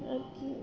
আর কি